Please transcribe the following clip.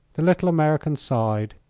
the little american sighed.